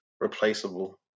replaceable